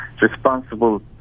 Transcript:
responsible